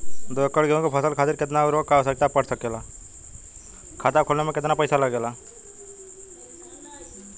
दो एकड़ गेहूँ के फसल के खातीर कितना उर्वरक क आवश्यकता पड़ सकेल?